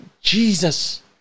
Jesus